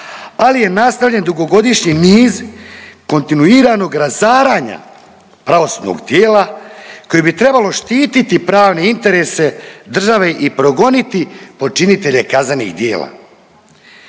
ali je nastavljen dugogodišnji niz kontinuiranog razaranja pravosudnog tijela koje bi trebalo štiti pravne interese države i progoniti počinitelje kaznenih djela.